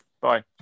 Bye